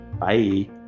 bye